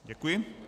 Děkuji.